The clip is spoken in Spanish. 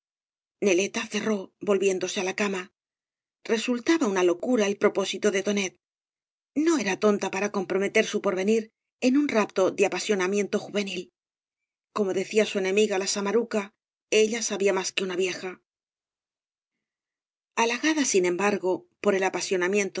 neieta cerró volviéndose á la cama resultaba una locura el pro pósito de tonet no era tonta para comprometer su porvenir en un rapto de apasionamiento juvenil como decía su enemiga la samaruca ella sabía más que una vieja halagada sin embargo por el apasionamiento